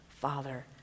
Father